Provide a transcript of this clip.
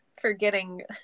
Forgetting